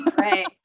Right